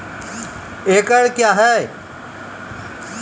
एकड कया हैं?